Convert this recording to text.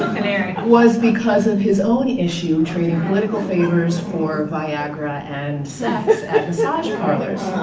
was because of his own issues trading political favors for viagra and sex at massage parlors.